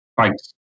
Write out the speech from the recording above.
Thanks